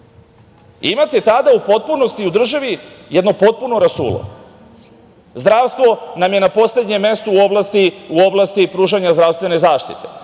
Imate tada u potpunosti u državi jedno potpuno rasulo. Zdravstvo nam je na poslednjem mestu u oblasti pružanja zdravstvene zaštite,